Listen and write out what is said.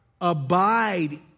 abide